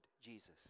Jesus